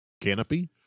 canopy